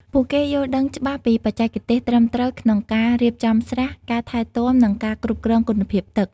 ពួកគេយល់ដឹងច្បាស់ពីបច្ចេកទេសត្រឹមត្រូវក្នុងការរៀបចំស្រះ ការថែទាំ និងការគ្រប់គ្រងគុណភាពទឹក។